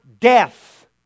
Death